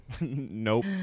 nope